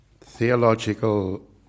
theological